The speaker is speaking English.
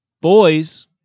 boys